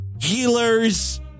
healers